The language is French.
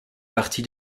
parties